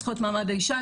זכויות מעמד האישה.